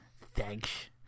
Thanks